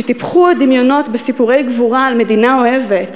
שטיפחו דמיונות בסיפורי גבורה על מדינה אוהבת,